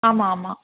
ஆமாம் ஆமாம்